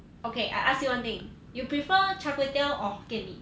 okay I ask you one thing you prefer char kway teow or hokkien mee